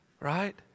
Right